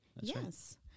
Yes